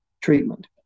treatment